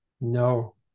No